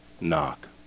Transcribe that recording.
Knock